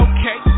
Okay